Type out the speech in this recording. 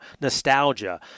nostalgia